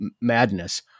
madness